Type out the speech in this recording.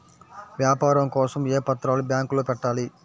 వ్యాపారం కోసం ఏ పత్రాలు బ్యాంక్లో పెట్టాలి?